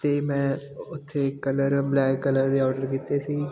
ਅਤੇ ਮੈਂ ਉੱਥੇ ਕਲਰ ਬਲੈਕ ਕਲਰ ਦੇ ਔਡਰ ਕੀਤੇ ਸੀ